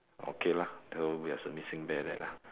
okay lah though we has a missing bear there lah